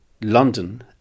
London